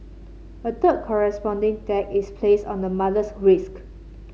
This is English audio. a third corresponding tag is placed on the mother's risk